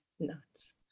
Nuts